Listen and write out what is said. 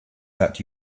that